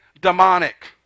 demonic